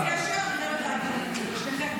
בלי קשר, אני חייבת להגיד את זה.